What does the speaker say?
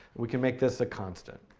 we can make this a constant.